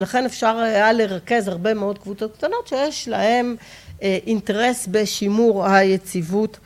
לכן אפשר היה לרכז הרבה מאוד קבוצות קטנות שיש להן אינטרס בשימור היציבות